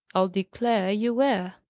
i'll declare you were.